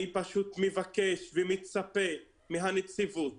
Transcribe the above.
אני פשוט מבקש ומצפה מהנציבות